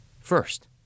First